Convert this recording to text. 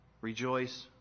Rejoice